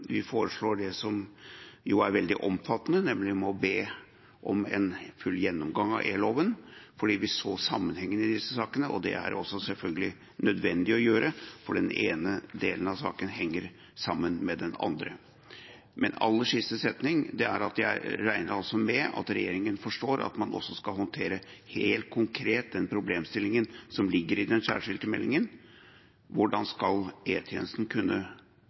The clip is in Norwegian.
vi foreslår det som jo er veldig omfattende, nemlig om å be om en full gjennomgang av e-loven fordi vi så sammenhengen i disse sakene. Det er det selvfølgelig også nødvendig å gjøre, for den ene delen av saken henger sammen med den andre. Aller siste setning er at jeg regner med at regjeringen forstår at man også skal håndtere helt konkret den problemstillingen som ligger i den særskilte meldingen: Hvordan skal E-tjenesten kunne